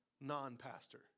non-pastor